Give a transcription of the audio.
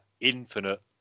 infinite